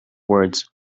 words